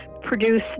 produce